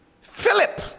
Philip